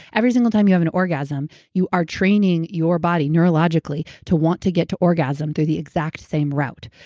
every single time you have an orgasm, you are training your body neurologically to want to get to orgasm through the exact same route.